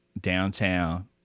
Downtown